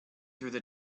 through